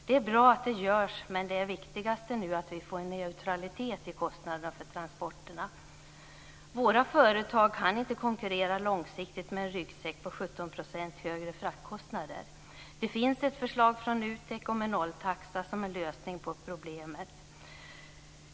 Det är bra att det görs, men det viktigaste är nu att vi får en neutralitet i kostnaderna för transporterna. Våra företag kan inte konkurrera långsiktigt med en ryggsäck på 17 % högre fraktkostnader. Det finns ett förslag från NUTEK om en nolltaxa som en lösning på problemet.